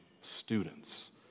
students